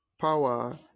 Power